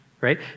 right